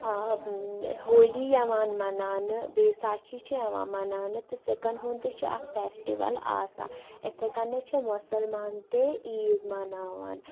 ہولی یَوان مَناونہٕ بیساکھی چھِ یِوان مَناونہٕ تہٕ سِکن ہُند تہِ چھُ اکھ فیٚسٹِول آسان اِتھٕے کَنتھ چھِ مُسلمان تہِ عیٖد مَناوان